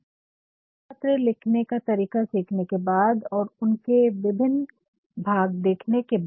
business पत्र लिखने का तरीका सीखने के बाद और और उसके भिन्न भाग देखने के बाद